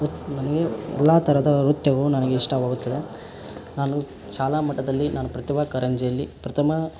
ಉತ್ತ್ ನನಗೆ ಎಲ್ಲಾ ಥರದ ನೃತ್ಯವು ನನಗೆ ಇಷ್ಟವಾಗುತ್ತದೆ ನಾನು ಶಾಲಾ ಮಟ್ಟದಲ್ಲಿ ನಾನು ಪ್ರತಿಭಾ ಕಾರಂಜಿಯಲ್ಲಿ ಪ್ರಥಮ